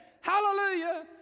Hallelujah